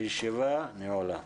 הישיבה נעולה.